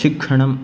शिक्षणम्